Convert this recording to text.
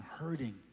hurting